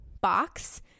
box